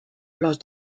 los